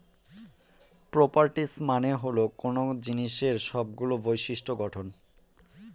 properties মানে হল কোনো জিনিসের সবগুলো বিশিষ্ট্য গঠন